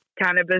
cannabis